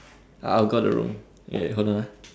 I'll got the roll ya hold on ah